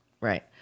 Right